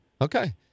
Okay